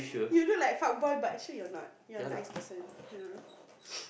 you look like fuck boy but actually you're not you're nice person [hur]